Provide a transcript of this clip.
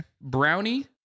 brownie